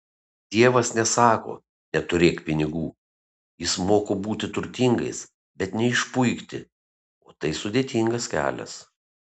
dievas nesako neturėk pinigų jis moko būti turtingais bet neišpuikti o tai sudėtingas kelias